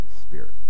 Spirit